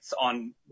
on